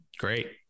Great